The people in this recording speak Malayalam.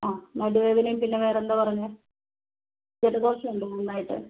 അതെ നടുവേദനയും പിന്നെ വേറെന്താ പറഞ്ഞേ ജലദോഷം ഉണ്ടോ നന്നായിട്ട്